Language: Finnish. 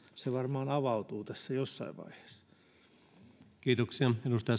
se varmaan avautuu tässä jossain vaiheessa